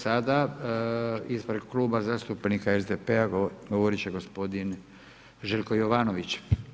Sada ispred Kluba zastupnika SDP-a govorit će gospodin Željko Jovanović.